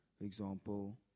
example